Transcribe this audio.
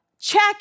Check